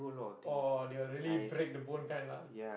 or they will really break the bone kind lah